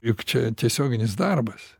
juk čia tiesioginis darbas